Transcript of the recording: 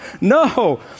No